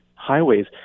highways